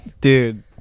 Dude